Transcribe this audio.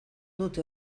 dute